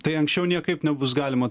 tai anksčiau niekaip nebus galima